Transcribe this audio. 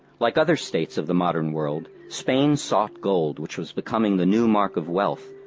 like other states of the modern world, spain sought gold, which was becoming the new mark of wealth,